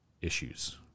issues